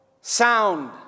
sound